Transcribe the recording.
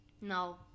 No